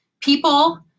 people